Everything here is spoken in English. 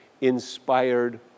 inspired